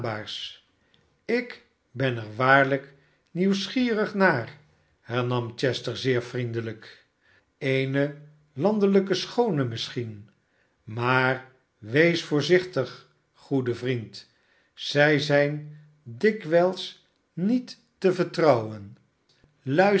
ik ben er waarlijk nieuwsgierig naar hernam chester zeer vriendehjk eene landelijke schoone misschien maar wees voorzichtig goede vriend zij zijn dikwijls niet te vertrouwen